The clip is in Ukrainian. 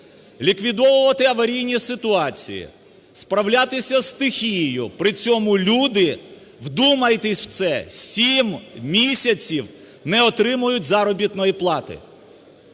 ліквідовувати аварійні ситуації, справлятися з стихією, при цьому люди, вдумайтесь в це, 7 місяців не отримають заробітної плати.